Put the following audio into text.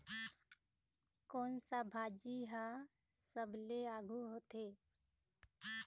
कोन सा भाजी हा सबले आघु होथे?